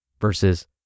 versus